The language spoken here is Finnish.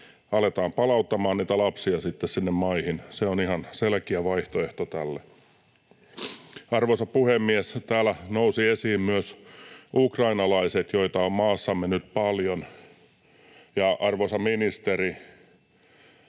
aletaan palauttamaan niitä lapsia sitten sinne maihin. Se on ihan selkeä vaihtoehto tälle. Arvoisa puhemies! Täällä nousivat esiin myös ukrainalaiset, joita on maassamme nyt paljon, ja, arvoisa ministeri,